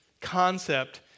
concept